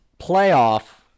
playoff